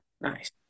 Nice